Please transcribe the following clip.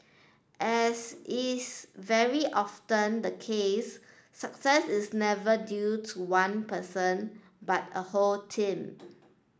as is very often the case success is never due to one person but a whole team